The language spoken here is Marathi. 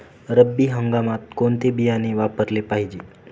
रब्बी हंगामात कोणते बियाणे वापरले पाहिजे?